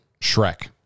Shrek